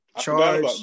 charge